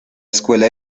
escuela